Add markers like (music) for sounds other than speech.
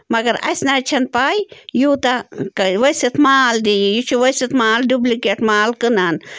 مَگر اَسہِ نَہ حظ چھَنہٕ پَے یوٗتاہ (unintelligible) ؤسِت مال دِی یہِ چھُ ؤسِت مال ڈُبلِکیٹ مال کٕنان